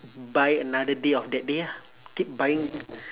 buy another day of that day ah keep buying